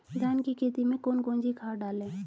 धान की खेती में कौन कौन सी खाद डालें?